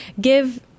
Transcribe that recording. give